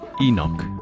Enoch